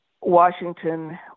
Washington